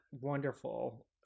Wonderful